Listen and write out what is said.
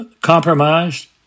compromised